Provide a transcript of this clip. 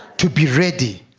to be ready